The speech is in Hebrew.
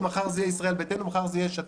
אבל את אמרת את זה,